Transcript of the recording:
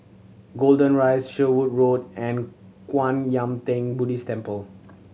Golden Rise Sherwood Road and Kwan Yam Theng Buddhist Temple